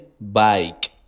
bike